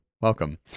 Welcome